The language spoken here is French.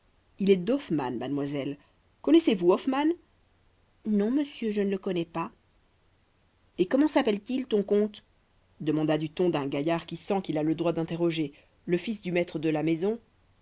il est d'hoffmann mademoiselle connaissez-vous hoffmann non monsieur je ne le connais pas et comment s'appelle-t-il ton conte demanda du ton d'un gaillard qui sent qu'il a le droit d'interroger le fils du maître de la maison